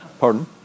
Pardon